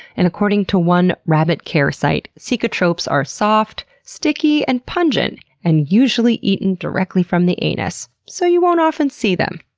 and according to one rabbit care site, cecotropes are soft, sticky, and pungent, and usually eaten directly from the anus, so you won't often see them.